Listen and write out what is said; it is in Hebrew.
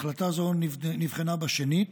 החלטה זו נבחנה שנית,